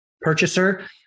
purchaser